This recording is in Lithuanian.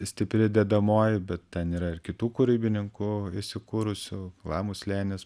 stipri dedamoji bet ten yra ir kitų kūrybininkų įsikūrusių lamų slėnis